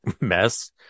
mess